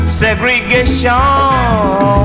segregation